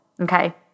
Okay